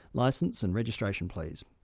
licence and registration please.